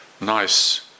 nice